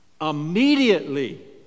immediately